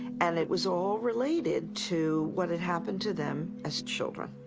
and it was all related to what had happened to them as children.